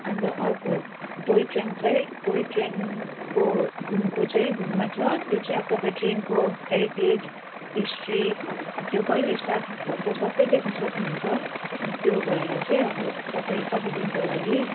अन्त अर्को टोयट्रेन चाहिँ टोयट्रेनको घुमको चाहिँ घुममा छ त्यो चाहिँ अब तपाईँ ट्रेनको ह्यारिटेज हिस्ट्री अब त्यो कहिले स्टाब्लिस भएको त्यो सबै देख्नु सक्नुहुन्छ अनि त्यो भएर चाहिँ अब तपाईँ कति दिनको लागि